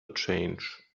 change